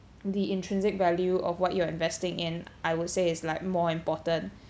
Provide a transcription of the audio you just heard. the intrinsic value of what you're investing in I would say is like more important